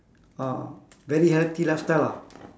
ah very healthy last time ah